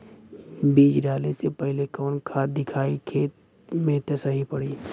बीज डाले से पहिले कवन खाद्य दियायी खेत में त सही पड़ी?